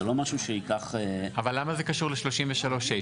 זה לא משהו שייקח --- אבל למה זה קשור ל-33 ה'?